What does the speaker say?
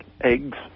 eggs